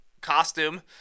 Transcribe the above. costume